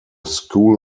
school